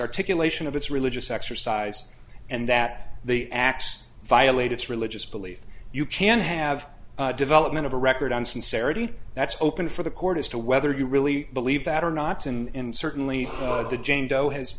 articulation of its religious exercise and that the acts violate its religious belief you can have development of a record on sincerity that's open for the court as to whether you really believe that on lots and certainly the